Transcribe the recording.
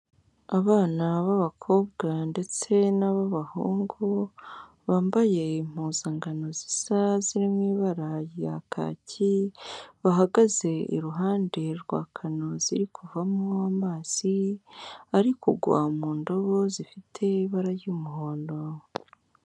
Abana b'abakobwa ndetse n'ab'abahungu, bambaye impuzangano zisa ziri mu ibara rya kaki, bahagaze iruhande rwa kano ziri kuvamo amazi, ari kugwa mu ndobo zifite ibara ry'umuhondo.